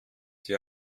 die